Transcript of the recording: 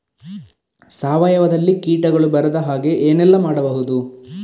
ಸಾವಯವದಲ್ಲಿ ಕೀಟಗಳು ಬರದ ಹಾಗೆ ಏನೆಲ್ಲ ಮಾಡಬಹುದು?